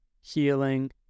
healing